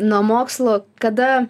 nuo mokslų kada